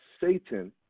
Satan